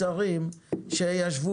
אבל אנחנו לא רוצים שיהיו פה מוצרים שישבו